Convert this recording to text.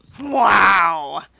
Wow